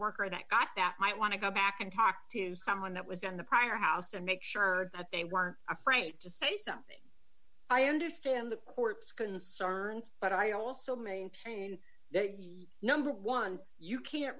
worker that got that might want to go back and talk to someone that was in the prior house and make sure that they weren't afraid to say something i understand the court's concerns but i also maintain that number one you can't